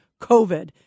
COVID